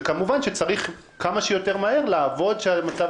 וכמובן צריך לעבוד כמה שיותר מהר כדי שהדבר